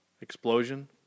explosion